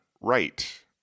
right